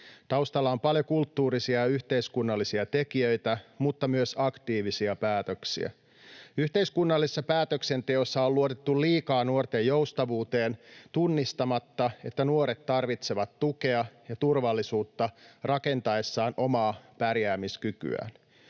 Taustalla on paljon kulttuurisia ja yhteiskunnallisia tekijöitä mutta myös aktiivisia päätöksiä. Yhteiskunnallisessa päätöksenteossa on luotettu liikaa nuorten joustavuuteen tunnistamatta, että nuoret tarvitsevat tukea ja turvallisuutta rakentaessaan omaa pärjäämiskykyään.